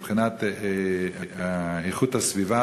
מבחינת איכות הסביבה,